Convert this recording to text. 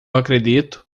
acredito